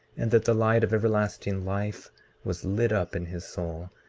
and that the light of everlasting life was lit up in his soul,